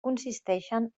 consisteixen